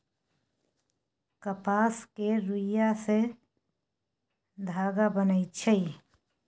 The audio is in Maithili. कपास केर रूइया सँ धागा बनइ छै